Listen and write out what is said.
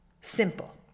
Simple